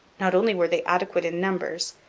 not only were they adequate in numbers,